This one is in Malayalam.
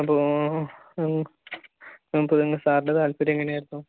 അപ്പോൾ നമുക്ക് പിന്നെ സാറിൻ്റെ താല്പര്യം എങ്ങനെയായിരുന്നു